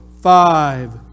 five